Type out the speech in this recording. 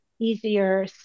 easier